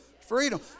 Freedom